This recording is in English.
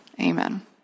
amen